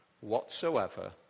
whatsoever